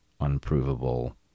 unprovable